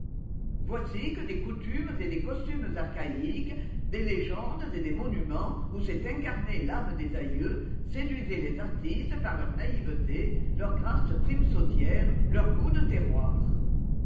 voici que des coutumes et des costumes archaïques des légendes et des monuments où s'est incarnée l'âme des aïeux séduisaient les artistes par leur naïveté leur grâce primesautière leur goût de terroir